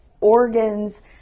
Organs